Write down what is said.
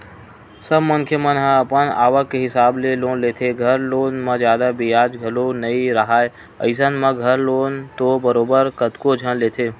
सब मनखे मन ह अपन आवक के हिसाब ले लोन लेथे, घर लोन म जादा बियाज घलो नइ राहय अइसन म घर लोन तो बरोबर कतको झन लेथे